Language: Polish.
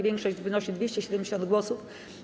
Większość 3/5 wynosi 270 głosów.